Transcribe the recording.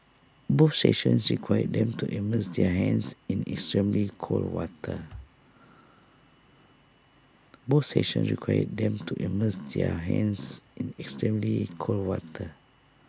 both sessions required them to immerse their hands in extremely cold water both sessions required them to immerse their hands in extremely cold water